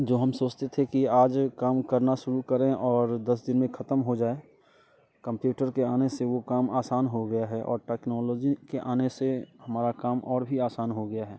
जो हम सोचते थे कि आज काम करना शुरू करें और दस दिन में ख़त्म हो जाए कंप्यूटर के आने से वो काम आसान हो गया है और टेक्नॉलोजी के आने से हमारा काम और भी आसान हो गया है